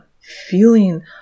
feeling